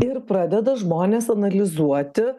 ir pradeda žmonės analizuoti